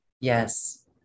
Yes